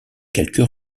quelques